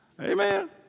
Amen